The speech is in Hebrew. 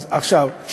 אז עכשיו,